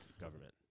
government